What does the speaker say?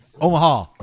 Omaha